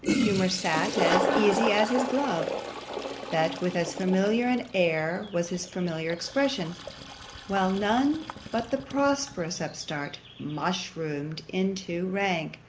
humour sat as easy as his glove that, with as familiar an air, was his familiar expression while none but the prosperous upstart, mushroomed into rank,